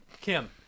Kim